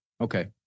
Okay